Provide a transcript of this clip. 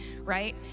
right